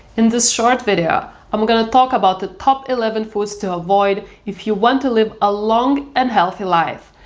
in this short video, i'm gonna talk about the top eleven foods to avoid if you want to live a long and healthy life,